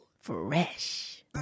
Fresh